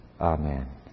Amen